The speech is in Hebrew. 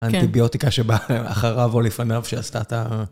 כן, אנטיביוטיקה שבאה אחריו או לפניו, שעשתה את ה...